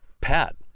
Pat